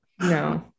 no